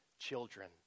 children